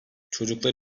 çocuklar